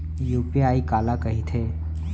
UPI काला कहिथे?